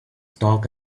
talk